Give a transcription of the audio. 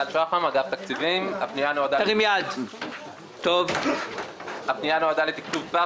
התקנה הזאת נועדה לפתח,